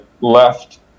left